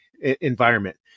environment